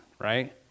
right